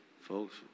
Folks